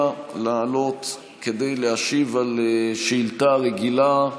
לעלות כדי להשיב על שאילתה רגילה,